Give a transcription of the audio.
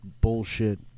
bullshit